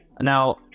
Now